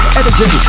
energy